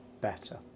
better